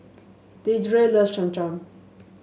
Deidre love Cham Cham